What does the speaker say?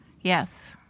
Yes